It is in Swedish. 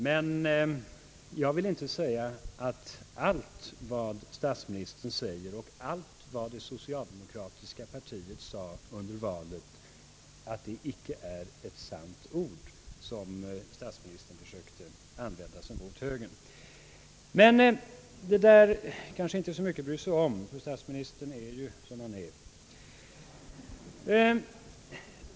Men jag vill inte påstå att allt vad statsministern säger och allt vad det socialdemokratiska partiet sagt under valet icke är ett sant ord, som statsministern yttrade sig om högern. Men detta är kanske inte så mycket att bry sig om, ty statsministern är ju som han är.